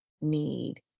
need